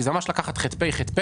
כי זה ממש לקחת ח"פ אחר ח"פ